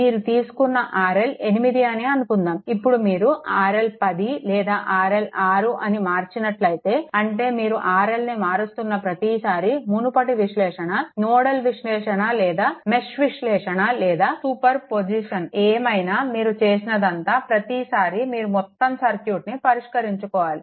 మీరు తీసుకున్న RL 8 అని అనుకుందాం ఇప్పుడు మీరు RL 10 లేదా RL 6 అని మార్చినట్లయితే అంటే మీరు RL ని మారుస్తున్న ప్రతిసారీ మునుపటి విశ్లేషణ నోడల్ విశ్లేషణ లేదా మెష్ విశ్లేషణ లేదా సూపర్ పొజిషన్ ఏమైనా మీరు చేసినదంతా ప్రతిసారీ మీరు మొత్తం సర్క్యూట్ను పరిష్కరించుకోవాలి